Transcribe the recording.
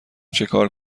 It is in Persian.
چیکار